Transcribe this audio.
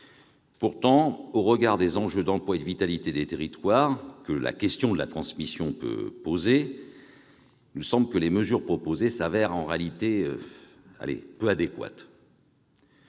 Pourtant, au regard des enjeux d'emploi et de vitalité des territoires que la question de la transmission peut poser, il me semble que les mesures proposées se révèlent, disons, peu adéquates.